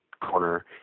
corner